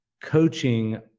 coaching